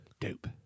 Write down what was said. Dope